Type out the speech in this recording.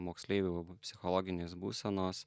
moksleivių psichologinės būsenos